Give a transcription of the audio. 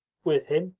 with him,